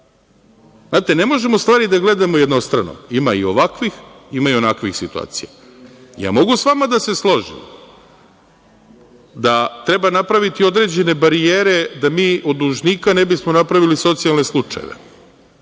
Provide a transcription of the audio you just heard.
ne možemo stvari da gledamo jednostrano, ima i ovakvih ima i onakvih situacija. Ja mogu sa vama da se složim da treba napraviti određene barijere da mi od dužnika ne bismo napravili socijalne slučajeve,